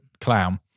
clown